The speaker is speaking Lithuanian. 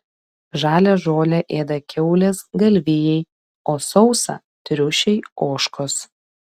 žalią žolę ėda kiaulės galvijai o sausą triušiai ožkos